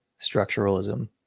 structuralism